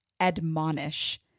admonish